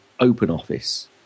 OpenOffice